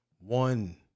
One